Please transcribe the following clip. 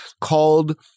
called